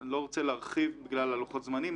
אני לא רוצה להרחיב בגלל לוחות הזמנים,